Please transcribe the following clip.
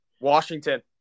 Washington